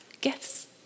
gifts